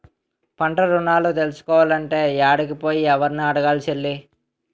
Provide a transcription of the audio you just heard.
పంటరుణాలు తీసుకోలంటే యాడికి పోయి, యెవుర్ని అడగాలి సెల్లీ?